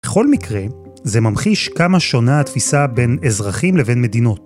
‫בכל מקרה, זה ממחיש כמה שונה ‫התפיסה בין אזרחים לבין מדינות.